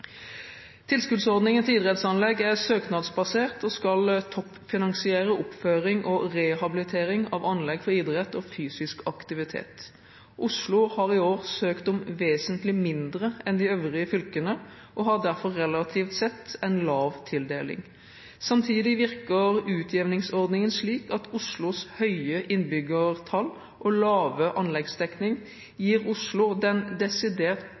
Tilskuddsordningen til idrettsanlegg er søknadsbasert og skal toppfinansiere oppføring og rehabilitering av anlegg for idrett og fysisk aktivitet. Oslo har i år søkt om vesentlig mindre enn de øvrige fylkene og har derfor relativt sett en lav tildeling. Samtidig virker utjevningsordningen slik at Oslos høye innbyggertall og lave anleggsdekning gir Oslo den desidert